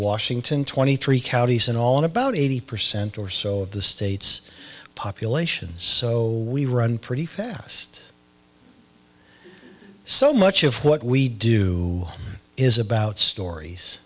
washington twenty three counties in all about eighty percent or so of the state's population so we run pretty fast so much of what we do is about stories